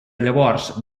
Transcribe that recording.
llavors